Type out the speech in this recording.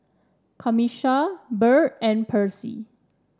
Camisha Byrd and Percy